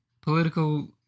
Political